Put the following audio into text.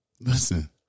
Listen